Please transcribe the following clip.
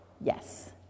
yes